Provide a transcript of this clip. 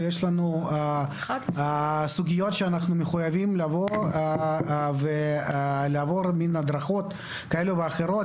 ויש לנו סוגיות שאנחנו מחויבים לעבור הדרכות כאלה ואחרות לגביהן,